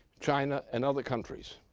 china and other countries,